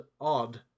odd